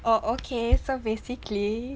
oh okay so basically